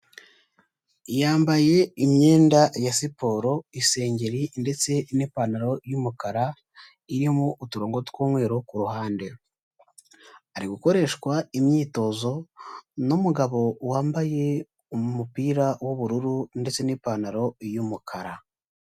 Yambaye imyenda ya siporo, isengeri ndetse n'ipantaro y'umukara irimo uturongo tw'umweru ku ruhande, ari gukoreshwa imyitozo n'umugabo wambaye umupira w'ubururu ndetse n'ipantaro y'umukara.